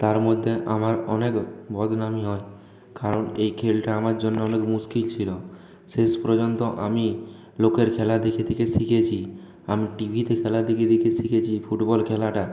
তার মধ্যে আমার অনেক বদনামই হয় কারণ এ খেলটা আমার জন্য অনেক মুশকিল ছিলো শেষ পর্যন্ত আমি লোকের খেলা দেখে দেখে শিখেছি আমি টিভিতে খেলা দেখে দেখে শিখেছি ফুটবল খেলাটা